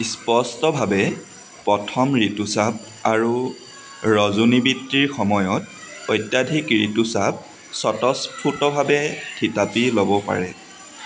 স্পষ্টভাৱে প্ৰথম ঋতুস্ৰাৱ আৰু ৰজোনিবৃত্তিৰ সময়ত অত্যাধিক ঋতুস্ৰাৱ স্বতঃস্ফূৰ্তভাৱে থিতাপি ল'ব পাৰে